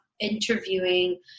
interviewing